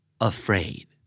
afraid